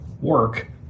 work